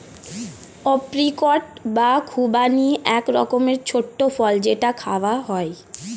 apricot বা খুবানি এক রকমের ছোট্ট ফল যেটা খাওয়া হয়